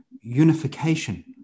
unification